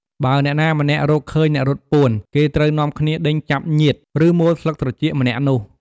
បើអ្នកណាម្នាក់ រកឃើញអ្នករត់ពួន គេត្រូវនាំគ្នាដេញចាប់ញៀច ឬមួលស្លឹកត្រចៀកម្នាក់នោះ។